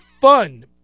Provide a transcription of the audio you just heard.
fun